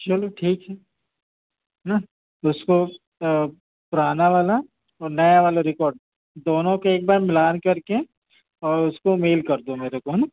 चलो ठीक है ना उसको पुराना वाला और नया वाला रिकोर्ड दोनों के एक बार मिलान करके और उसको मेल करदो मेरेको है न